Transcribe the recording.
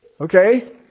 Okay